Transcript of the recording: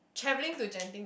travelling to Genting to